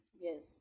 yes